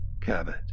Cabot